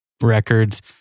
records